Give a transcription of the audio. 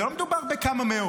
לא מדובר בכמה מאות,